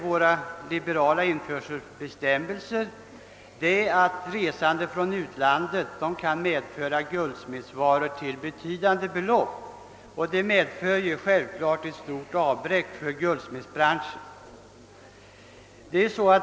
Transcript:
Våra liberala införselbestämmelser gör att resande från utlandet kan medföra guldsmedsvaror till betydande belopp, vilket självfallet medför ett stort avbräck för guldsmedsbranschen.